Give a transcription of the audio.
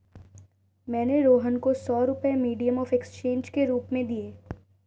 मैंने रोहन को सौ रुपए मीडियम ऑफ़ एक्सचेंज के रूप में दिए